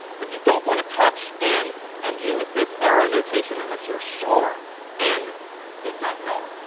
but you don't want to touch n and use this arrow notation unless you're sure n is not null.